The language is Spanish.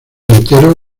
entero